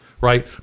right